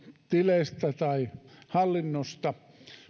tileistä tai hallinnosta